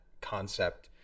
concept